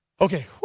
Okay